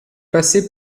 passer